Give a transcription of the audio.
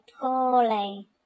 poorly